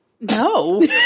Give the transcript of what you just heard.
No